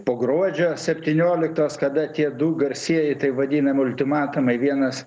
po gruodžio septynioliktos kada tie du garsieji taip vadinami ultimatumai vienas